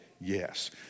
yes